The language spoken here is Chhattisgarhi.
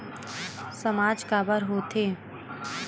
सामाज काबर हो थे?